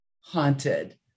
haunted